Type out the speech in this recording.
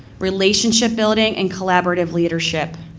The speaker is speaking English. relationship building and collaborative leadership.